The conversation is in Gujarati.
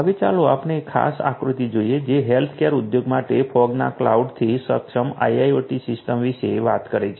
હવે ચાલો આપણે આ ખાસ આકૃતિ જોઈએ જે હેલ્થકેર ઉદ્યોગ માટે ફોગના કલોઉડથી સક્ષમ આઈઆઈઓટી સિસ્ટમ વિશે વાત કરે છે